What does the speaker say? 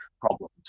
problems